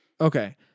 Okay